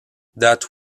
that